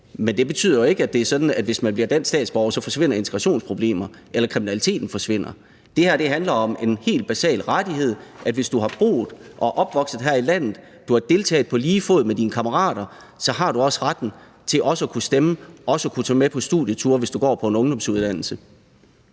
men det betyder jo ikke, at det er sådan, hvis man bliver dansk statsborger, at så forsvinder integrationsproblemerne, eller at kriminaliteten forsvinder. Det her handler om en helt basal rettighed, nemlig at hvis du er født og opvokset her i landet, har deltaget på lige fod med dine kammerater, så har du også retten til at kunne stemme og til at kunne tage med på studieture, hvis du går på en ungdomsuddannelse.